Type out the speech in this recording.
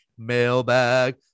Mailbag